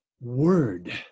word